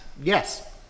Yes